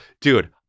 Dude